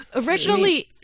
originally